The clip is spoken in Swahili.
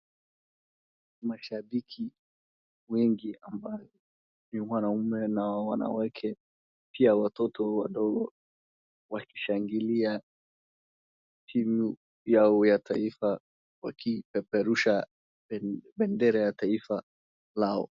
Mashabiki wengi ambao ni wanaume na wanawake, pia watoto wadogo wakishangilia timu yao ya taifa wakipeperusha bendera ya taifa lao.